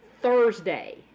Thursday